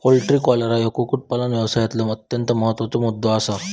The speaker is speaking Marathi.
पोल्ट्री कॉलरा ह्यो कुक्कुटपालन व्यवसायातलो अत्यंत महत्त्वाचा मुद्दो आसा